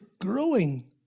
growing